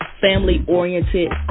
family-oriented